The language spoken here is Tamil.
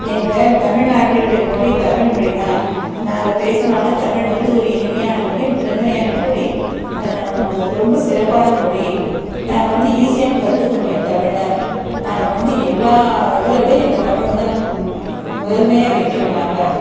எங்கள் தமிழ்நாட்டினுடைய மொழி தமிழ் மொழி தான் நாங்கள் பேசினாலும் தமிழ் வந்து ஒரு இனிமையான மொழி முதன்மையான மொழி இது ரொம்ப சிறப்பான மொழி நாங்கள் வந்து ஈசியாகவும் கற்றுக்க முடியும் தமிழில் நாங்கள் வந்து எல்லா இதில் விட எங்கள் தமிழ் வந்து நாங்கள் முதன்மையா வைக்கிறோம் நாங்கள்